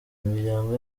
imiryango